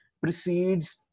precedes